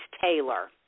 Taylor